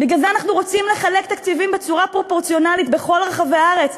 בגלל זה אנחנו רוצים לחלק תקציבים בצורה פרופורציונלית בכל רחבי הארץ,